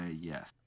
yes